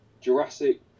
Jurassic